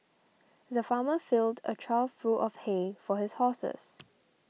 the farmer filled a trough full of hay for his horses